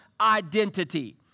identity